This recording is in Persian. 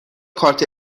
کارت